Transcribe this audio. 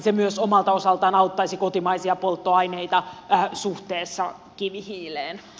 se myös omalta osaltaan auttaisi kotimaisia polttoaineita suhteessa kivihiileen